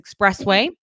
Expressway